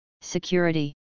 security